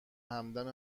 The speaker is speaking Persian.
همدم